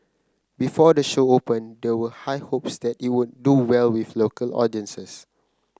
before the show opened there were high hopes that it would do well with local audiences